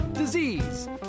Disease